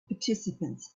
participants